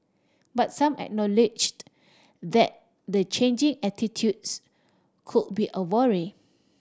but some acknowledged that the changing attitudes could be a worry